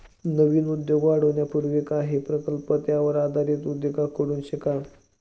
नवीन उद्योग वाढवण्यापूर्वी काही प्रकल्प त्यावर आधारित उद्योगांकडून शिका